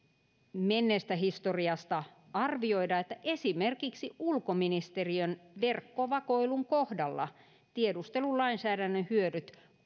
menneestä historiasta arvioida että esimerkiksi ulkoministeriön verkkovakoilun kohdalla tiedustelulainsäädännön hyödyt